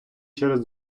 через